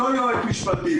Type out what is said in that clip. אותו יועץ משפטי,